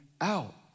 out